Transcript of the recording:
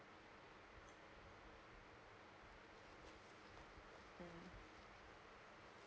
mm